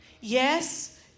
Yes